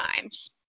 times